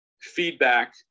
feedback